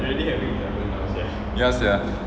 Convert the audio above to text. ya sia